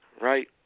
Right